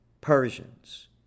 Persians